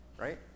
right